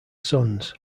sons